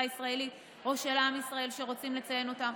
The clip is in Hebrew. הישראלית או של עם ישראל שרוצים לציין אותם,